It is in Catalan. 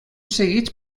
seguits